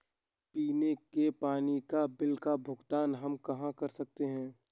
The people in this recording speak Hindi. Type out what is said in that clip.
पीने के पानी का बिल का भुगतान हम कहाँ कर सकते हैं?